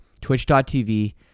twitch.tv